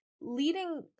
leading